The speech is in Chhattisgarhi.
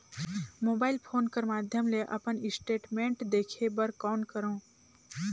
मोबाइल फोन कर माध्यम ले अपन स्टेटमेंट देखे बर कौन करों?